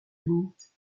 limite